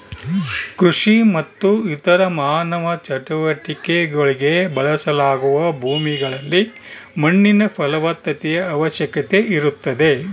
ಕೃಷಿ ಮತ್ತು ಇತರ ಮಾನವ ಚಟುವಟಿಕೆಗುಳ್ಗೆ ಬಳಸಲಾಗುವ ಭೂಮಿಗಳಲ್ಲಿ ಮಣ್ಣಿನ ಫಲವತ್ತತೆಯ ಅವಶ್ಯಕತೆ ಇರುತ್ತದೆ